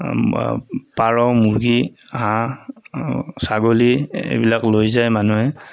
পাৰ মুৰ্গী হাঁহ ছাগলী এইবিলাক লৈ যায় মানুহে